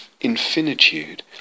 infinitude